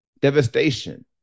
devastation